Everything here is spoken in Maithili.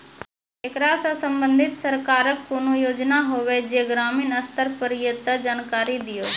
ऐकरा सऽ संबंधित सरकारक कूनू योजना होवे जे ग्रामीण स्तर पर ये तऽ जानकारी दियो?